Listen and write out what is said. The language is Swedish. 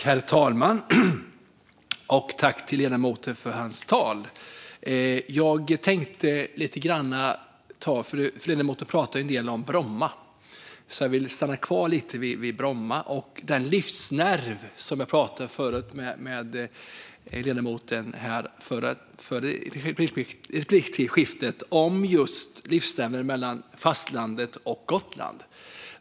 Herr talman! Jag tackar ledamoten för hans anförande. Ledamoten pratade en del om Bromma flygplats. Jag vill därför stanna kvar där lite grann. Jag talade med ledamoten i det förra replikskiftet om just livsnerven mellan fastlandet och Gotland.